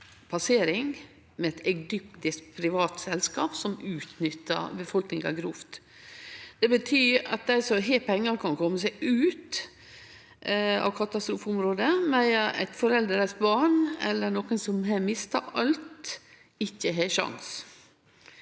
passering med eit egyptisk privat selskap som utnyttar befolkninga grovt. Det betyr at dei som har pengar, kan kome seg ut av katastrofeområdet, medan eit foreldrelaust barn eller nokon som har mista alt, ikkje har ein